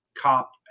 cop